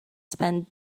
spend